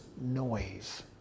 noise